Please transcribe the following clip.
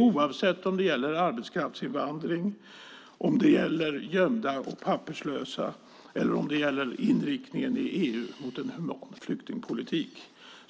Oavsett om det gäller arbetskraftsinvandring, gömda och papperslösa eller inriktningen i EU mot en human flyktingpolitik